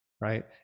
right